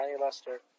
Lester